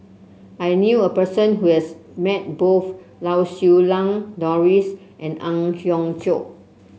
I knew a person who has met both Lau Siew Lang Doris and Ang Hiong Chiok